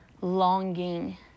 longing